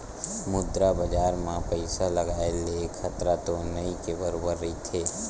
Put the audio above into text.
मुद्रा बजार म पइसा लगाय ले खतरा तो नइ के बरोबर रहिथे